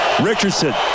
Richardson